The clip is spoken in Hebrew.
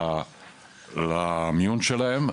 למיון שלהם,